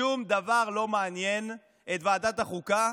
שום דבר לא מעניין את ועדת החוקה.